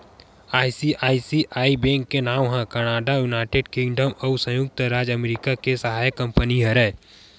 ICICI bank के नांव ह कनाड़ा, युनाइटेड किंगडम अउ संयुक्त राज अमरिका के सहायक कंपनी हरय